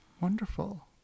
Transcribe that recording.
Wonderful